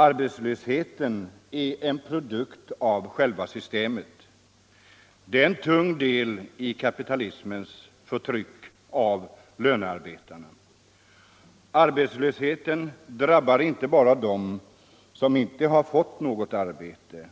Arbetslösheten är en produkt av själva Sy stemet. Den är en tung del i kapitalismens förtryck av lönearbetarna. Arbetslösheten drabbar inte bara dem som inte har fått något arbete